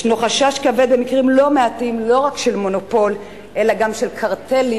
ישנו חשש כבד למקרים לא מעטים לא רק של מונופול אלא גם של קרטלים,